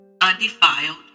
undefiled